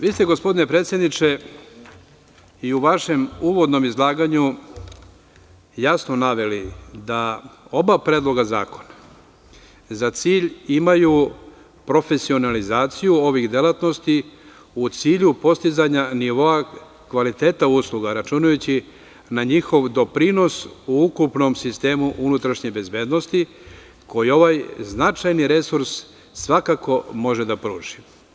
Vi ste, gospodine predsedniče, i u vašem uvodnom izlaganju jasno naveli da oba predloga zakona za cilj imaju profesionalizaciju ovih delatnosti u cilju postizanja nivoa kvaliteta usluga, računajući na njihov doprinos u ukupnom sistemu unutrašnje bezbednosti, koje ovaj značajni resurs svakako može da pruži.